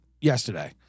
yesterday